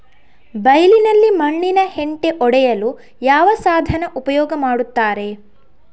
ಬೈಲಿನಲ್ಲಿ ಮಣ್ಣಿನ ಹೆಂಟೆ ಒಡೆಯಲು ಯಾವ ಸಾಧನ ಉಪಯೋಗ ಮಾಡುತ್ತಾರೆ?